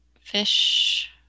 fish